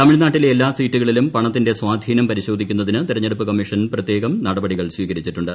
തമിഴ്നാട്ടിലെ എല്ലാ സീറ്റുകളിലും പണത്തിന്റെ സ്വാധീനം പരിശോധിക്കുന്നതിന് തെരഞ്ഞെടുപ്പ് കമ്മിഷൻ പ്രത്യേകം നടപടികൾ സ്വീകരിച്ചിട്ടുണ്ട്